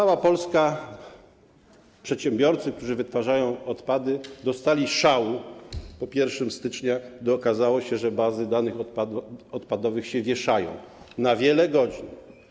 Cała Polska, przedsiębiorcy, którzy wytwarzają odpady, dostali szału po 1 stycznia, gdy okazało się, że bazy danych odpadowych się wieszają na wiele godzin.